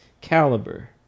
caliber